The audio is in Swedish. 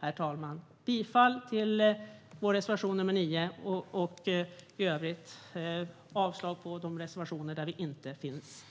herr talman. Jag yrkar bifall till vår reservation 9 och avslag på de reservationer som vi inte står bakom.